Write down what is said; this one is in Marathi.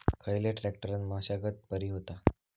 खयल्या ट्रॅक्टरान मशागत बरी होता?